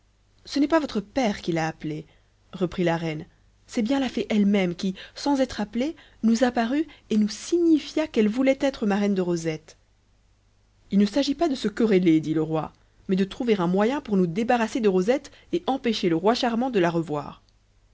ce n'est pas votre père qui l'a appelée reprit la reine c'est bien la fée elle-même qui sans être appelée nous apparut et nous signifia qu'elle voulait être marraine de rosette il ne s'agit pas de se quereller dit le roi mais de trouver un moyen pour nous débarrasser de rosette et empêcher le roi charmant de la revoir